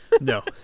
No